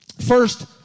First